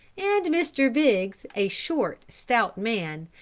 and mr. biggs a short, stout man,